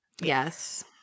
yes